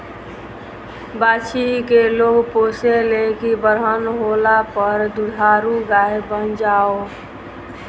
बाछी के लोग पोसे ले की बरहन होला पर दुधारू गाय बन जाओ